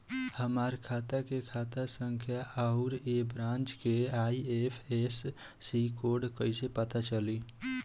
हमार खाता के खाता संख्या आउर ए ब्रांच के आई.एफ.एस.सी कोड कैसे पता चली?